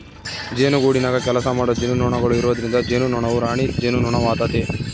ಜೇನುಗೂಡಿನಗ ಕೆಲಸಮಾಡೊ ಜೇನುನೊಣಗಳು ಇರೊದ್ರಿಂದ ಜೇನುನೊಣವು ರಾಣಿ ಜೇನುನೊಣವಾತತೆ